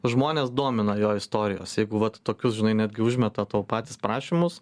žmones domina jo istorijos jeigu vat tokius žinai netgi užmeta tau patys prašymus